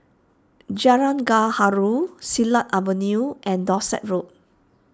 Jalan Gaharu Silat Avenue and Dorset Road